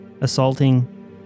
assaulting